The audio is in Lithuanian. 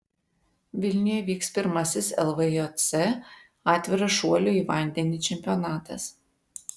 vilniuje vyks pirmasis lvjc atviras šuolių į vandenį čempionatas